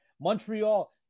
Montreal